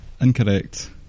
Incorrect